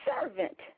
servant